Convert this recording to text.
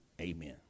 Amen